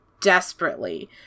desperately